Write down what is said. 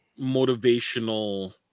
motivational